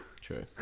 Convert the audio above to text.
True